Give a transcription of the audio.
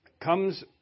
comes